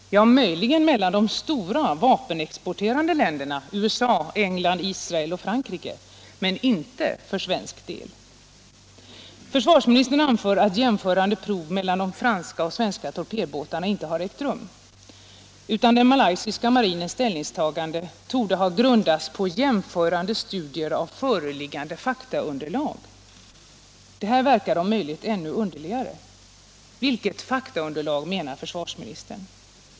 Ja, möjligen mellan de stora vapenexporterande länderna USA, England, Israel och Frankrike, men inte för svensk del. Försvarsministern anför att jämförande prov mellan de franska och svenska torpedbåtarna inte har ägt rum, utan den malaysiska marinens ställningstagande torde grundats på jämförande studier av föreliggande faktaunderlag. Det här verkar om möjligt ännu underligare. Vilket faktaunderlag menar försvarsministern?